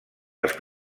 les